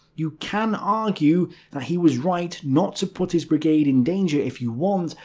you can argue that he was right not to put his brigade in danger if you want,